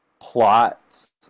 plots